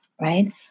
right